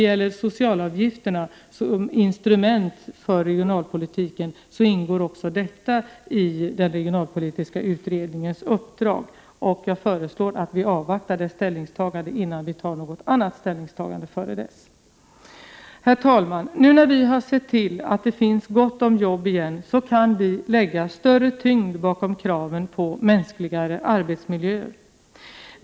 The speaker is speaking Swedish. Även socialavgifterna som instrument för regionalpolitiken ingår i den regionalpolitiska utredningens uppdrag, och jag föreslår att vi avvaktar utredningens ställningstagande innan vi gör något ställningstagande. Herr talman! Nu när vi sett till att det finns gott om jobb igen kan vi lägga större tyngd bakom kraven på mänskligare arbetsmiljöer.